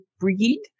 read